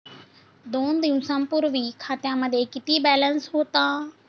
दोन दिवसांपूर्वी खात्यामध्ये किती बॅलन्स होता?